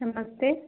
नमस्ते